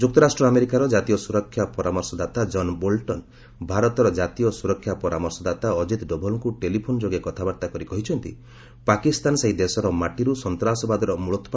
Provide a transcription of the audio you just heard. ଯୁକ୍ତରାଷ୍ଟ୍ର ଆମେରିକାର ଜାତୀୟ ସୁରକ୍ଷା ପରାମର୍ଶଦାତା ଜନ୍ ବୋଲ୍ଟନ୍ ଭାରତର ଜାତୀୟ ସୁରକ୍ଷା ପରାମର୍ଶଦାତା ଅଜିତ୍ ଡୋଭାଲ୍ଙ୍କୁ ଟେଲିଫୋନ୍ ଯୋଗେ କଥାବାର୍ତ୍ତା କରି କହିଛନ୍ତି ପାକିସ୍ତାନ ସେହି ଦେଶର ମାଟିରୁ ସନ୍ତାସବାଦର ମୂଳୋପ୍